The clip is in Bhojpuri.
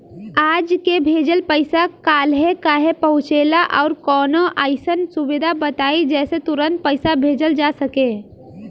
आज के भेजल पैसा कालहे काहे पहुचेला और कौनों अइसन सुविधा बताई जेसे तुरंते पैसा भेजल जा सके?